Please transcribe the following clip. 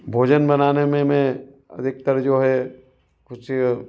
भोजन बनाने में मैं अधिकतर जो है कुछ